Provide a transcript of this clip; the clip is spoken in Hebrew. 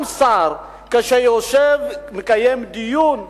גם שר כשיושב ומקיים דיון,